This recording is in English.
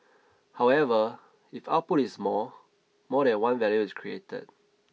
however if output is more more than one value is created